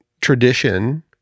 tradition